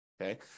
okay